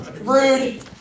Rude